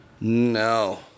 No